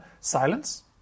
Silence